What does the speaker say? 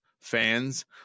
fans